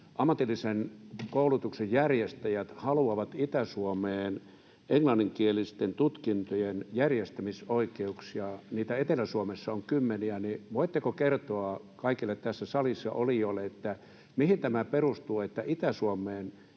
ammatillisen koulutuksen järjestäjät haluavat Itä-Suomeen englanninkielisten tutkintojen järjestämisoikeuksia. Niitä Etelä-Suomessa on kymmeniä, joten voitteko kertoa kaikille tässä salissa olijoille, mihin tämä perustuu, että Itä-Suomeen